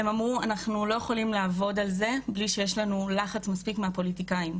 אנחנו לא יכולים לעבוד על זה בלי שיש לנו מספיק לחץ מהפוליטיקאים.